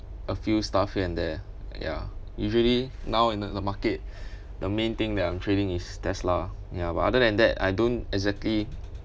a few stuff here and there ya usually now in the the market the main thing that I'm trading is tesla ya but other than that I don't exactly